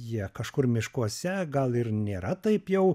jie kažkur miškuose gal ir nėra taip jau